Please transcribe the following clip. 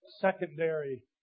secondary